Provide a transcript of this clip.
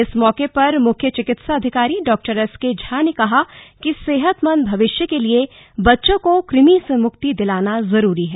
इस मौके पर मुख्य चिकित्सा अधिकारी डॉ एसके झा ने कहा कि सेहतमंद भविष्य के लिए बच्चों को क्रमि से मुक्ति दिलाना जरूरी है